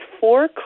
Four